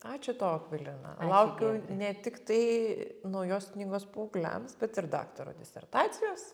ačiū tau akvilina laukiu ne tik tai naujos knygos paaugliams bet ir daktaro disertacijos